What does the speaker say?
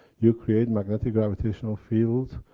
you create magnetic-gravitational field,